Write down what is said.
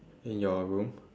in your room